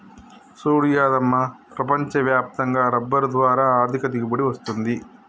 సూడు యాదమ్మ ప్రపంచ వ్యాప్తంగా రబ్బరు ద్వారా ఆర్ధిక దిగుబడి వస్తది